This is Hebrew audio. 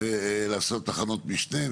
לעשות תחנות משנה.